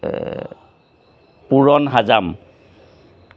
পুৰণ হাজাম